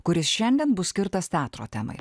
kuris šiandien bus skirtas teatro temai